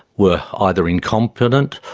were either incompetent,